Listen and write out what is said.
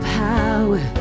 power